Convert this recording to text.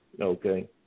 Okay